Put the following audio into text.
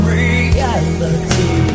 reality